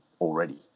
already